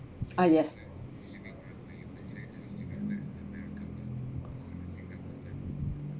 uh yes